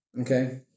Okay